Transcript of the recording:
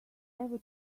ever